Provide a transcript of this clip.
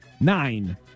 Nine